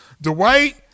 Dwight